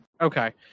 Okay